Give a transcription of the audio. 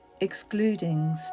excluding